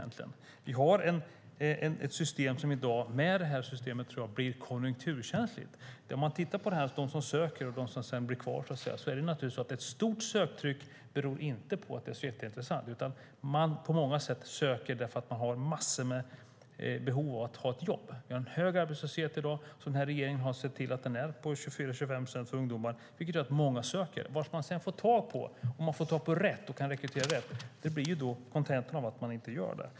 Vi har ett system som jag tror blir konjunkturkänsligt i dag - om man tittar på dem som söker och dem som sedan blir kvar ser man att ett stort söktryck inte beror på att det är så jätteintressant. På många sätt söker man i stället för att man har behov av att ha ett jobb. Vi har i dag en hög arbetslöshet - regeringen har sett till att den är på 24-25 procent för ungdomar - vilket gör att många söker. Vad man sedan får tag på - om man får tag på rätt och kan rekrytera rätt - blir kontentan av att man inte gör det.